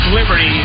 Liberty